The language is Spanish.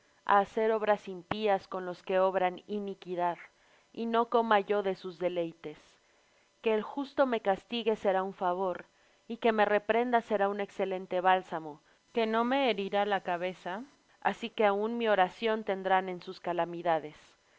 hacer obras impías con los que obran iniquidad y no coma yo de sus deleites que el justo me castigue será un favor y que me reprenda será un excelente bálsamo que no me herirá la cabeza así que aun mi oración tendrán en sus calamidades